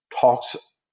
talks